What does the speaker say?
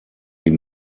die